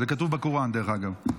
זה כתוב בקוראן, דרך אגב.